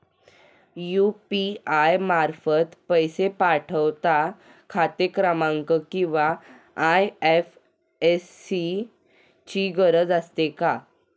UPI मार्फत पैसे पाठवता खाते क्रमांक किंवा आय.एफ.एस.सी ची गरज असते का?